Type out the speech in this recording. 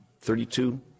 thirty-two